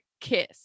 kiss